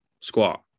squat